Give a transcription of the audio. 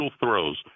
throws